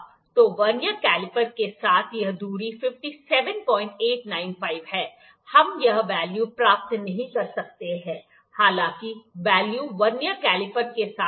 तो vernier caliper के साथ यह दूरी 57895 है हम यह वेल्यू प्राप्त नहीं कर सकते हैं हालांकि वेल्यू वर्नियर कैलीपर के साथ होगा